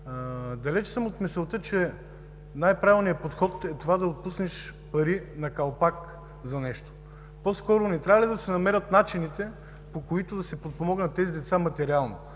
Далеч съм от мисълта, че най-правилният подход е да отпуснеш пари на калпак за нещо. По-скоро не трябва ли да се намерят начините, по които да се подпомогнат тези деца материално,